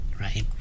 right